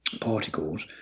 particles